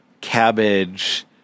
cabbage